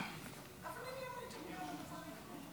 תודה רבה, כבוד היושב-ראש.